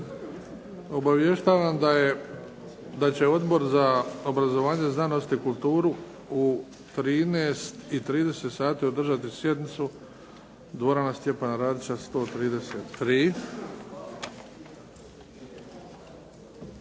Obavještavam da će Odbor za obrazovanje, znanost i kulturu u 13,30 sati održati sjednicu, dvorana Stjepana Radića 133.